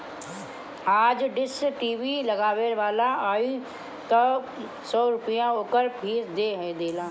आज dish TV लगावे वाला आई तअ सौ रूपया ओकर फ़ीस दे दिहा